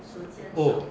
so it's oh